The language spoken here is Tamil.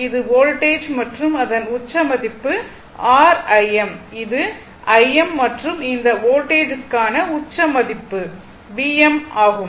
இது வோல்டேஜ் மற்றும் அதன் உச்ச மதிப்பு r Im இது Im மற்றும் இந்த வோல்டேஜ்க்கான உச்ச மதிப்பு Vm ஆகும்